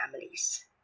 families